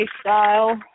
style